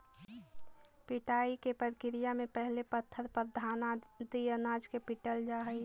पिटाई के प्रक्रिया में पहिले पत्थर पर घान आदि अनाज के पीटल जा हइ